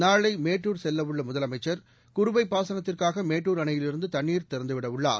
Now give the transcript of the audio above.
நாளை மேட்டூர் செல்ல உள்ள முதலமைச்சர் குறுவை பாசனத்திற்காக மேட்டூர் அணையிலிருந்து தண்ணீர் திறந்துவிட உள்ளார்